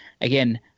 Again